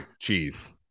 cheese